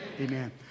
Amen